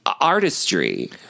artistry